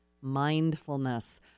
Mindfulness